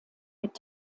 mit